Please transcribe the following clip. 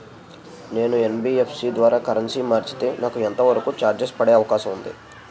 నేను యన్.బి.ఎఫ్.సి ద్వారా కరెన్సీ మార్చితే నాకు ఎంత వరకు చార్జెస్ పడే అవకాశం ఉంది?